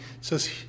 says